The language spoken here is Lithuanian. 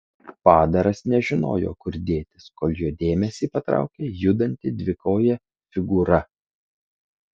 padaras nežinojo kur dėtis kol jo dėmesį patraukė judanti dvikojė figūra